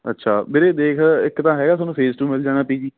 ਅੱਛਾ ਵੀਰੇ ਦੇਖ ਇੱਕ ਤਾਂ ਹੈਗਾ ਤੁਹਾਨੂੰ ਫੇਸ ਟੂ ਮਿਲ ਜਾਣਾ ਪੀ ਜੀ